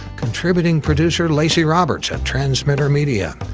contributing producer lacy roberts at transmitter media,